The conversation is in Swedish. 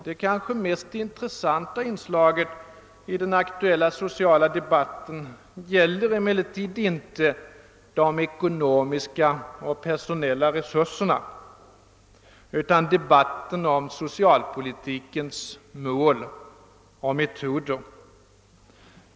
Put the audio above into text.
Det kanske mest intressanta inslaget i den aktuella sociala debatten gäller emellertid inte de ekonomiska och personella resurserna utan socialpoltikens mål och metoder.